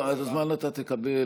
את הזמן אתה תקבל,